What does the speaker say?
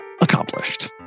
accomplished